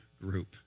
group